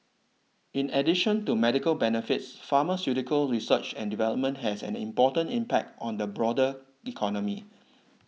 in addition to medical benefits pharmaceutical research and development has an important impact on the broader economy